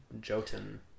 Jotun